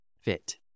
fit